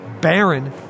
Baron